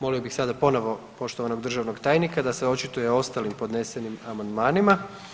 Molio bih sada ponovo poštovanog državnog tajnika da se očituje o ostalim podnesenim amandmanima.